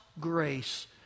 grace